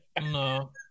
No